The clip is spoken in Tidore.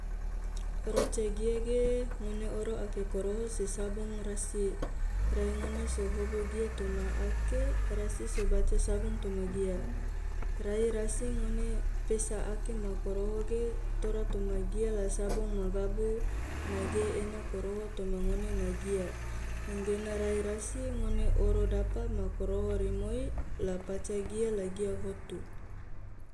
roca gia ge ngone oro ake koroho se sabong rasi, rai ngone so hobo gia toma ake rasi so baca sabong toma gia, rai rasi ngone pesa ake ma koroho ge tora toma gia la sabong ma gabu nage ena koroho toma ngone na gia, angena rai rasi ngone oro dapa ma koroho rimoi la paca gia la gia hotu.